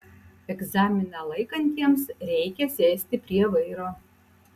egzaminą laikantiems reikia sėsti prie vairo